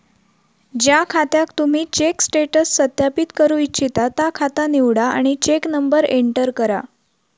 ज्या खात्याक तुम्ही चेक स्टेटस सत्यापित करू इच्छिता ता खाता निवडा आणि चेक नंबर एंटर करा